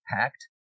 hacked